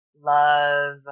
love